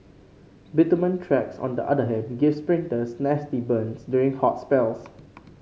bitumen tracks on the other hand give sprinters nasty burns during hot spells